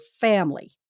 family